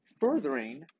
furthering